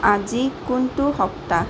আজি কোনটো সপ্তাহ